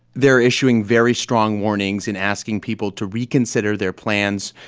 they're issuing very strong warnings and asking people to reconsider their plans.